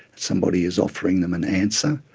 somebody is offering them an answer,